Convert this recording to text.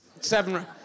Seven